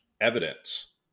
evidence